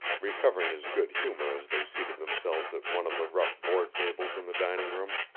recovering his good-humor as they seated themselves at one of the rough board tables in the dining-room.